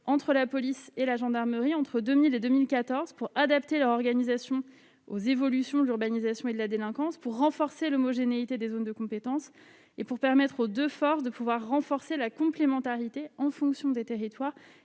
entre la police et la gendarmerie entre 2002 et 2014 pour adapter leur organisation aux évolutions de l'urbanisation et de la délinquance, accroître l'homogénéité des zones de compétence et permettre aux deux forces de renforcer leur complémentarité et d'optimiser